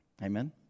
Amen